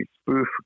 spoof